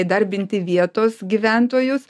įdarbinti vietos gyventojus